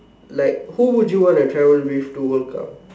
like who would you wanna travel with to world cup